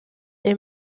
est